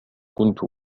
كنت